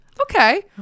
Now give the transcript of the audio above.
Okay